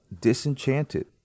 disenchanted